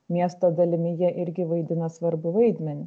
miesto dalimi jie irgi vaidina svarbų vaidmenį